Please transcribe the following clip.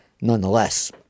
nonetheless